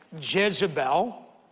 Jezebel